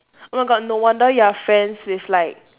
oh my god no wonder you are friends with like